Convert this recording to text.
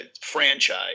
franchise